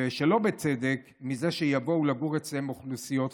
שלא בצדק, מזה שיבואו לגור אצלם אוכלוסיות חרדיות.